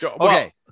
Okay